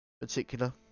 particular